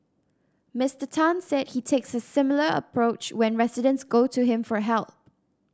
Mister Tan said he takes a similar approach when residents go to him for help